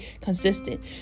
consistent